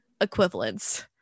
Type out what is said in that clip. equivalents